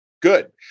Good